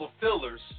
fillers